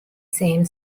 same